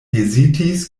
hezitis